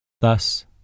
Thus